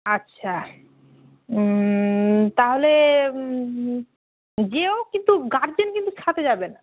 আচ্ছা তাহলে যেও কিন্তু গার্জেন কিন্তু সাথে যাবে না